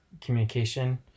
communication